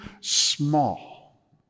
small